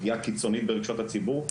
פגיעה קיצונית ברגשות הציבור,